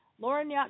Lauren